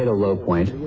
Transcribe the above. ah low point.